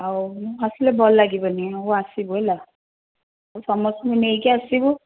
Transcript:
ଆଉ ହସିଲେ ଭଲ ଲାଗିବନି ଆଉ ଆସିବୁ ହେଲା ସମସ୍ତଙ୍କୁ ନେଇକି ଆସିବୁ